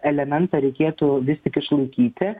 elementą reikėtų vis tik išlaikyti